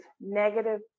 negative